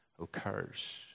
occurs